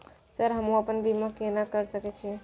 Sir हमू अपना बीमा केना कर सके छी?